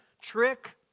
trick